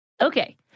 Okay